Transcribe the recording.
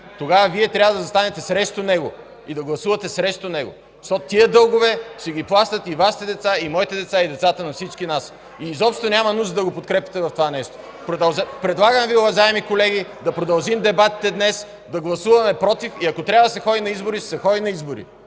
тогава Вие трябва да застанете срещу него и да гласувате срещу него! Защото тези дългове ще ги плащат и Вашите деца, и моите деца, и децата на всички Вас. Изобщо няма нужда да го подкрепяте в това нещо. Уважаеми колеги, предлагам да продължим дебатите днес, да гласуваме „против” и ако трябва да се ходи на избори – ще се ходи на избори!